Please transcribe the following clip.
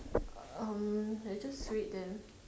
um I just wait there